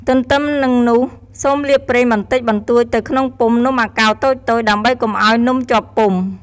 ទន្ទឹមនឹងនោះ សូមលាបប្រេងបន្តិចបន្តួចទៅក្នុងពុម្ពនំអាកោរតូចៗ ដើម្បីកុំឱ្យនំជាប់ពុម្ព។